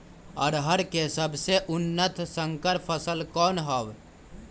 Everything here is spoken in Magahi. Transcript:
अरहर के सबसे उन्नत संकर फसल कौन हव?